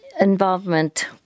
involvement